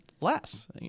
less